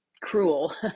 cruel